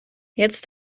jetzt